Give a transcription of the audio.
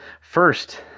first